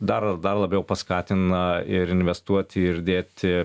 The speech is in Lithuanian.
dar dar labiau paskatina ir investuoti ir dėti